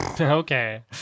Okay